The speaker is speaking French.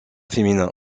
féminin